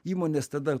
įmonės tada